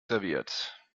serviert